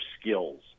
skills